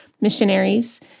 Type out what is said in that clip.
missionaries